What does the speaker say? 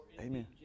amen